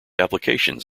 applications